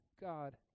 God